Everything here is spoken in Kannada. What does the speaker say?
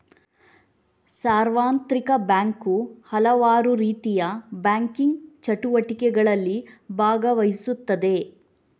ಸಾರ್ವತ್ರಿಕ ಬ್ಯಾಂಕು ಹಲವಾರುರೀತಿಯ ಬ್ಯಾಂಕಿಂಗ್ ಚಟುವಟಿಕೆಗಳಲ್ಲಿ ಭಾಗವಹಿಸುತ್ತದೆ